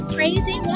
Crazy